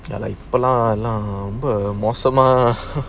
ya like a lah lah இப்பலாம்எல்லாம்ரொம்பமோசமா:ippalaam ellam romba mosama